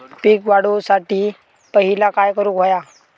पीक वाढवुसाठी पहिला काय करूक हव्या?